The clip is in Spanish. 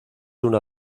una